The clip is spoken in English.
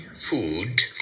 food